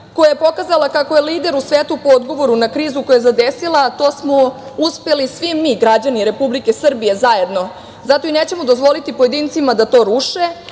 koja je pokazala kako je lider u svetu po odgovoru na krizu koja je zadesila, a to smo uspeli svi mi građani Republike Srbije zajedno. Zato i nećemo dozvoliti pojedincima da to ruše